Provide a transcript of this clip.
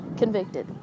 convicted